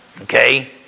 Okay